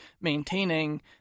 maintaining